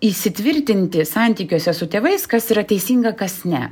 įsitvirtinti santykiuose su tėvais kas yra teisinga kas ne